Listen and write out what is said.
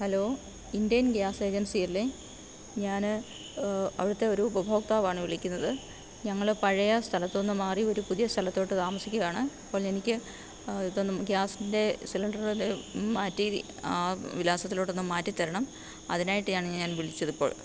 hello Indane gas agency അല്ലേ ഞാൻ അവിടുത്തെ ഒരു ഉപഭോക്താവാണ് വിളിക്കുന്നത് ഞങ്ങൾ പഴയ സ്ഥലത്തുനിന്ന് മാറി ഒരു പുതിയ സ്ഥലത്തോട്ട് താമസിക്കുകയാണ് അപ്പോൾ എനിക്ക് ഇതൊന്നും ഗ്യാസിന്റെ സിലണ്ടറുടെ മാറ്റി ആ വിലാസത്തിലോട്ടൊന്ന് മാറ്റിത്തരണം അതിനായിട്ടാണ് ഞാന് വിളിച്ചത് ഇപ്പോള്